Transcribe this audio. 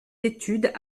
études